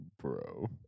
Bro